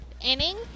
inning